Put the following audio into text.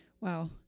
Wow